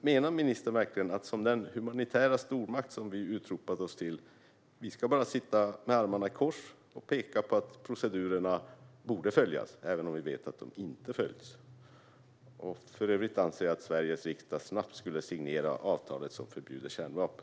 Menar ministern verkligen att vi, som den humanitära stormakt vi utropat oss till, bara ska sitta med armarna i kors och peka på att procedurerna borde följas, även om vi vet att de inte följs? För övrigt anser jag att Sveriges riksdag snabbt ska signera avtalet som förbjuder kärnvapen.